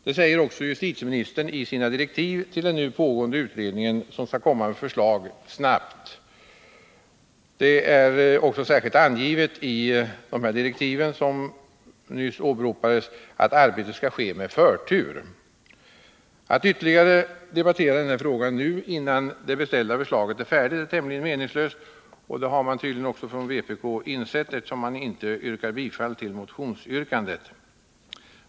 Det säger även justitieministern i sina direktiv till den nu pågående utredningen, som skall lägga fram förslag snabbt. Det är också särskilt angivet i direktiven, som nyss åberopades, att arbetet skall ske med förtur. Det är tämligen meningslöst att nu — innan det beställda förslaget är färdigt —- ytterligare debattera denna fråga. Det har man tydligen också insett från vpk, eftersom man inte yrkar bifall till motionsyrkandet.